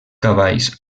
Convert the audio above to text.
cavalls